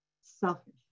Selfish